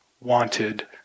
wanted